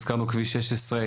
הזכרנו כביש 16,